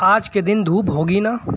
آج کے دن دھوپ ہوگی نہ